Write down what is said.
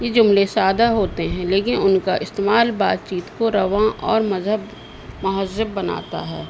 یہ جملے سادہ ہوتے ہیں لیکن ان کا استعمال بات چیت کو رواں اور مذہب مہذب بناتا ہے